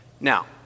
Now